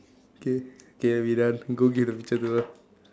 okay okay we done go give the picture to her